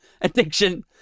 addiction